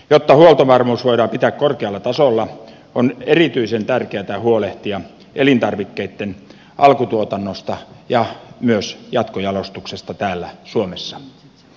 jotta huoltovarmuus voidaan pitää korkealla tasolla on erityisen tärkeätä huolehtia elintarvikkeitten alkutuotannosta ja myös jatkojalostuksesta täällä suomessa